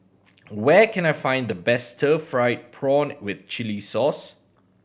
where can I find the best stir fried prawn with chili sauce